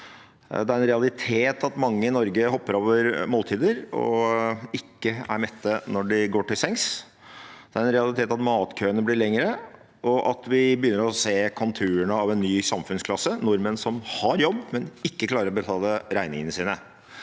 Det er en realitet at mange i Norge hopper over måltider og ikke er mette når de går til sengs. Det er en realitet at matkøene blir lengre, og at vi begynner å se konturene av en ny samfunnsklasse: nordmenn som har jobb, men ikke klarer å betale regningene sine.